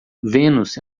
vênus